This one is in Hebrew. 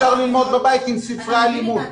דוגמה ראשונה, אפשר ללמוד בבית עם ספרי הלימוד.